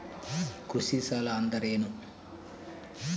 ಕೃಷಿ ಸಾಲ ಅಂದರೇನು?